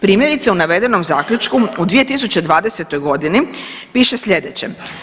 Primjerice u navedenom zaključku u 2020. godini piše slijedeće.